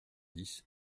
dix